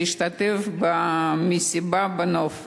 שהשתתף במסיבה בנוף.